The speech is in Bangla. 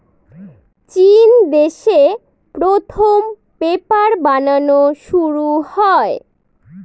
চিন দেশে প্রথম পেপার বানানো শুরু হয়